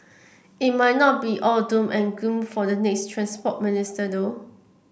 it might not be all doom and gloom for the next Transport Minister though